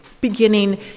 beginning